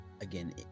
again